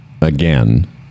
again